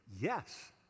Yes